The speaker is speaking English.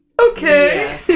Okay